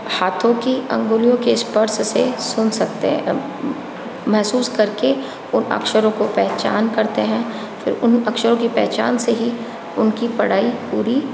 हाथों की अँगुलियों के स्पर्श से सुन सकते हैं महसूस करके उन अक्षरों को पहचान करते हैं फिर उन अक्षरों की पहचान से ही उनकी पढ़ाई पूरी